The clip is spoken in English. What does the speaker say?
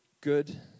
good